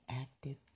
active